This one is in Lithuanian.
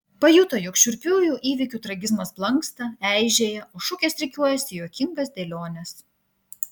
pajuto jog šiurpiųjų įvykių tragizmas blanksta eižėja o šukės rikiuojasi į juokingas dėliones